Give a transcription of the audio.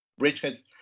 Bridgeheads